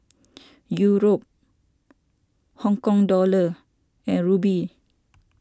Euro Hong Kong Dollar and Ruble